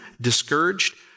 discouraged